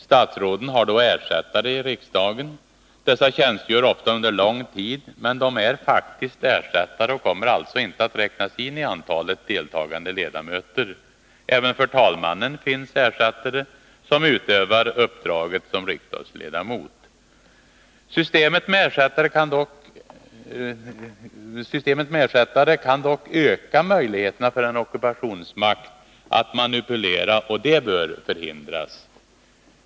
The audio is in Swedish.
Statsråden har då ersättare i riksdagen. Dessa tjänstgör ofta under lång tid, men de är faktiskt ersättare och kommer alltså inte att räknas in i antalet deltagande ledamöter. Även för talmannen finns ersättare som utövar uppdraget som riksdagsledamot. Systemet med ersättare kan dock öka möjligheterna för en ockupationsmakt att manipulera, och det bör förhindras.